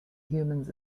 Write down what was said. humans